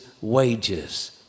wages